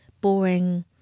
boring